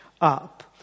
up